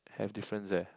have difference eh